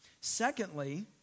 Secondly